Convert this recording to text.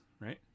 right